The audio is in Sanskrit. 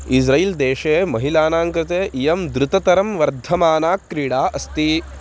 इस्रैल् देशे महिलानां कृते इयं द्रुततरं वर्धमाना क्रीडा अस्ति